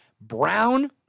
Brown